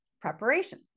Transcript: preparation